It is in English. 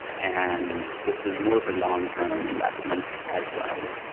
and this is more of a long-term investment as well.